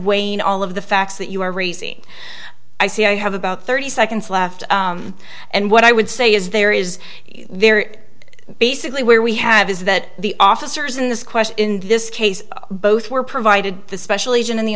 wayne all of the facts that you are i see i have about thirty seconds left and what i would say is there is there is basically where we have is that the officers in this question in this case both were provided the special agent in the